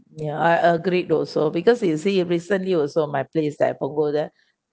ya I agreed also because you see recently also my place that I don't go there